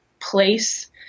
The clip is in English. place